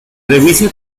revisa